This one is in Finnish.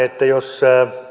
että jos